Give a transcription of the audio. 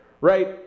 right